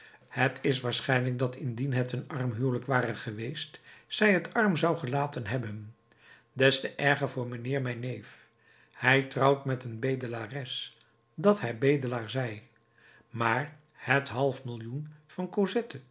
t is waarschijnlijk dat indien het een arm huwelijk ware geweest zij het arm zou gelaten hebben des te erger voor mijnheer mijn neef hij trouwt met een bedelares dat hij bedelaar zij maar het half millioen van cosette